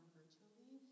virtually